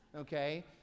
okay